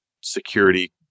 security